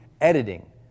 editing